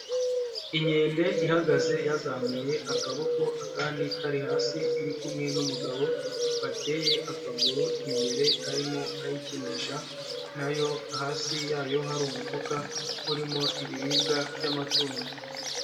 Inkende ihagaze yazamuye akaboko akandi kari hasi, iri kumwe n'umugabo bateye akaguru imbere arimo ayikinisha na yo hasi yayo hari umufuka urimo ibiribwa by'amatungo.